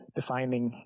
defining